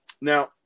now